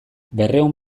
berrehun